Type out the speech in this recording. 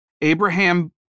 Abraham